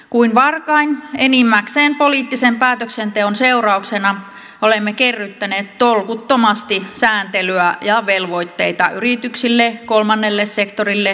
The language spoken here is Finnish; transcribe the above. kuin varkain enimmäkseen poliittisen päätöksenteon seurauksena olemme kerryttäneet tolkuttomasti sääntelyä ja velvoitteita yrityksille kolmannelle sektorille ja kunnille